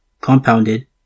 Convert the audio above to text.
compounded